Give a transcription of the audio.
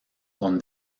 con